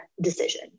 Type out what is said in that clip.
decision